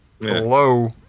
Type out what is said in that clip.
Hello